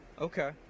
Okay